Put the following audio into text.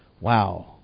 Wow